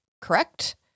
correct